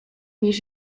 niż